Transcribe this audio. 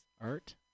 art